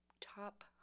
top